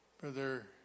Brother